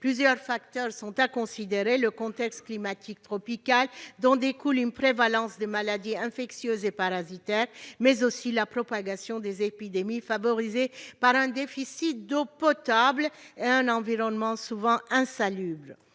Plusieurs facteurs sont à considérer : le contexte climatique tropical, dont découle une prévalence des maladies infectieuses et parasitaires, mais aussi la propagation des épidémies, favorisée par un déficit d'eau potable et un environnement souvent insalubre.